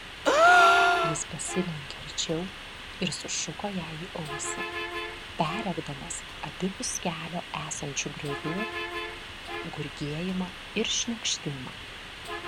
jis pasilenkė arčiau ir sušuko jai į ausį perrėkdamas abipus kelio esančių griovių gurgėjimą ir šniokštimą